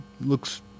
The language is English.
Looks